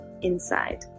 inside